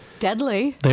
Deadly